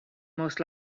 most